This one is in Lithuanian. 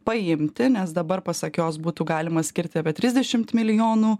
paimti nes dabar pasak jos būtų galima skirti apie trisdešimt milijonų